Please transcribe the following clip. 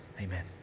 Amen